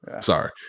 Sorry